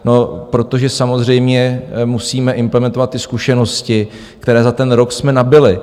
No, protože samozřejmě musíme implementovat zkušenosti, které za ten rok jsme nabyli.